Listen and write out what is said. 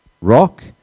rock